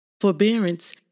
Forbearance